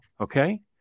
Okay